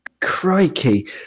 crikey